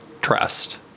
trust